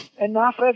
Enough